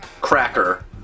Cracker